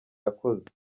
yakoze